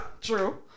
True